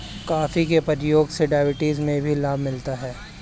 coffee के प्रयोग से डायबिटीज में भी लाभ मिलता है